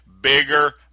Bigger